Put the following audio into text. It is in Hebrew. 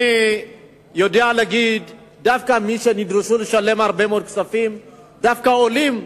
אני יודע להגיד שדווקא מי שנדרשו לשלם הרבה מאוד כספים הם דווקא עולים,